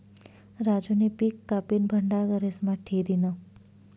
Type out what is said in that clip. राजूनी पिक कापीन भंडार घरेस्मा ठी दिन्हं